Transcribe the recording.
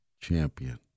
champion